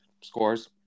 scores